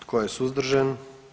Tko je suzdržan?